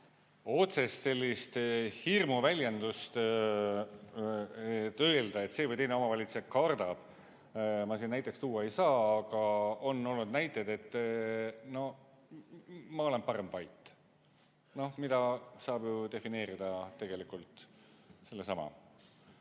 Otsest sellist hirmu väljendust, et öelda, et see või teine omavalitsus kardab, ma siin näiteks tuua ei saa. Aga on olnud näiteid, et ma olen parem vait, mida saab defineerida tegelikult sellesama